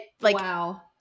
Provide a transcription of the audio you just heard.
Wow